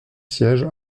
siège